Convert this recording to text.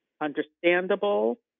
understandable